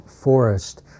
forest